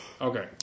Okay